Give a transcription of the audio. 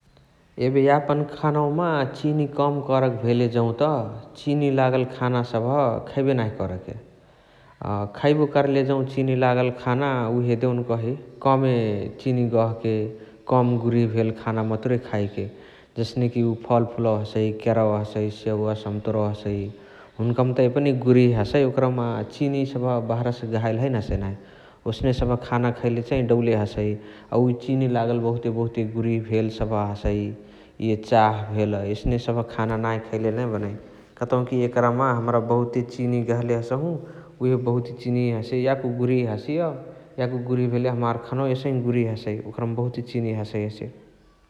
एबे यापन खनवमा चिनी कम करके भेले जौत चिनी लागल खाना सबह खैबे नाही करके । अ खैबो कर्ले जौ चिनी लागल खाने उहे देउन कही कमे चिनी गहके, कम गुरिह भेल खाने मचर खाएके । जस्नेकी फलफुलवा हसइ, केरवा हसइ, सेउवा सम्तोरवा हसइ । हिन्कमता एपनही गुरिह हसइ, ओकरमा चिनी सबहा बहरासे गहाइली हैने हसइ नाही । ओस्ने सबहा खाना खैले चै डौले हसइ । अ उअ चिनी लागल बहुते बहुते गुरिहा भेल सबह हसइ, इय चाह भेल एस्ने सबहा खान नाही खैले नै बनइ । कतौकी एकरमा हमरा बहुते चिनी गहले हसहु । उहे बौत चिनिया हसे याको गुरिहा हसिय । यको गुरिहा भेले हमार खानवा एसही गुरिहा हसइ ओकरमा बहुते चिनी हसइ हसे ।